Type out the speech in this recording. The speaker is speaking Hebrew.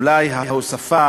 אולי ההוספה